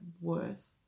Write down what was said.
worth